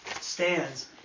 stands